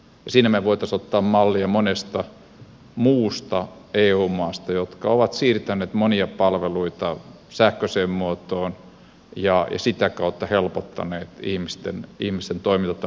siinä me voisimme ottaa mallia monesta muusta eu maasta jotka ovat siirtäneet monia palveluita sähköiseen muotoon ja sitä kautta helpottaneet ihmisten toimintatapoja